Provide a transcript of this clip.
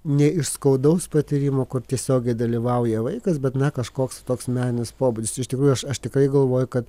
ne iš skaudaus patyrimo kur tiesiogiai dalyvauja vaikas bet na kažkoks toks meninis pobūdis iš tikrųjų aš aš tikrai galvoju kad